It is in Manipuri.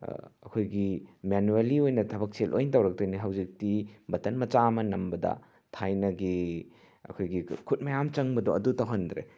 ꯑꯩꯈꯣꯏꯒꯤ ꯃꯦꯅꯨꯑꯦꯜꯂꯤ ꯑꯣꯏꯅ ꯊꯕꯛꯁꯦ ꯂꯣꯏꯅ ꯇꯧꯔꯛꯇꯣꯏꯅꯦ ꯍꯧꯖꯤꯛꯇꯤ ꯕꯇꯟ ꯃꯆꯥ ꯑꯃ ꯅꯝꯕꯗ ꯊꯥꯏꯅꯒꯤ ꯑꯩꯈꯣꯏꯒꯤ ꯈꯨꯠ ꯃꯌꯥꯝ ꯆꯪꯕꯗꯣ ꯑꯗꯨ ꯇꯧꯍꯟꯗ꯭ꯔꯦ